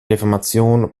reformation